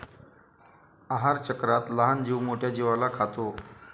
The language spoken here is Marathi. आहारचक्रात लहान जीव मोठ्या जीवाला खातो